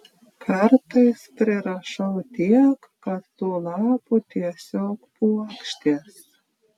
kartais prirašau tiek kad tų lapų tiesiog puokštės